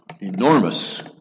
enormous